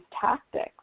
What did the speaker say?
tactics